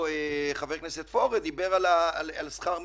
ח"כ פורר דיבר על שכר מינימום.